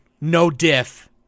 no-diff